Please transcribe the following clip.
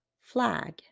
flag